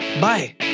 Bye